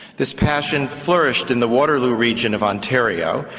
this passion flourished in the waterloo region of ontario,